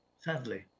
Sadly